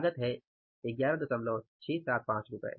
यह लागत है 11675